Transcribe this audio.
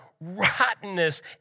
rottenness